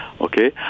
okay